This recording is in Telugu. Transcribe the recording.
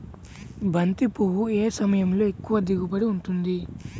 బంతి పువ్వు ఏ సమయంలో ఎక్కువ దిగుబడి ఉంటుంది?